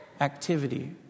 activity